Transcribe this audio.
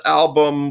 album